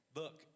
look